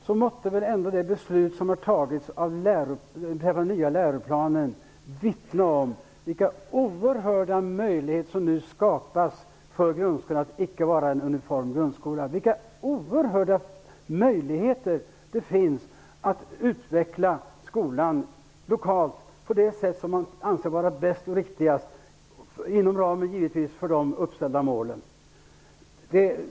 Genom det beslut som har tagits om den nya läroplanen skapas oerhörda möjligheter för grundskolan att icke vara en uniform grundskola. Det vittnar om att det finns mycket stora möjligheter att utveckla skolan lokalt på det sätt som man anser vara bäst och riktigast, givetvis inom ramen för de uppställda målen.